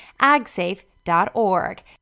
agsafe.org